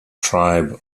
tribe